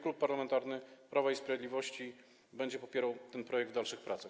Klub Parlamentarny Prawo i Sprawiedliwość będzie popierał ten projekt w dalszych pracach.